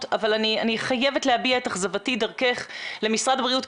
אבל אני חייבת להביע את אכזבתי דרכך למשרד הבריאות.